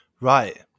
Right